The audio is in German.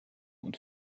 und